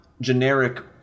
generic